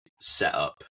setup